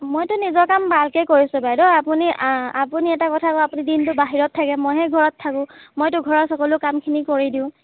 মইতো নিজৰ কাম ভালকেই কৰিছোঁ বাইদেউ আপুনি আপুনি এটা কথা কওক আপুনি দিনটো বাহিৰত থাকে মইহে ঘৰত থাকোঁ মইতো ঘৰৰ সকলো কামখিনি কৰি দিওঁ